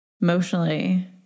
emotionally